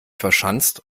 verschanzt